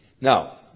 Now